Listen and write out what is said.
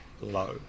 low